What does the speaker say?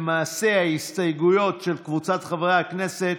למעשה, ההסתייגויות של קבוצת חברי הכנסת,